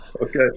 Okay